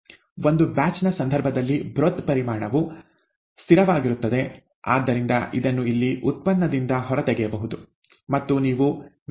ಒಂದು ಬ್ಯಾಚ್ ನ ಸಂದರ್ಭದಲ್ಲಿ ಬ್ರೊಥ್ ಪರಿಮಾಣವು ಸ್ಥಿರವಾಗಿರುತ್ತದೆ ಆದ್ದರಿಂದ ಇದನ್ನು ಇಲ್ಲಿ ಉತ್ಪನ್ನದಿಂದ ಹೊರತೆಗೆಯಬಹುದು ಮತ್ತು ನೀವು V dxdt ಅನ್ನು ಪಡೆಯುತ್ತೀರಿ